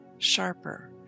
sharper